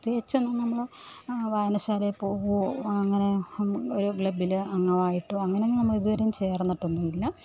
പ്രത്യേകിച്ചൊന്നും നമ്മൾ വായനശാലയിൽ പോകുകയോ അങ്ങനെ ഒരു ക്ലബ്ബിൽ അംഗമായിട്ടോ അങ്ങനെങ്ങും നമ്മളിതുവരെയും ചേര്ന്നിട്ടൊന്നുമില്ല